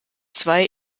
zwei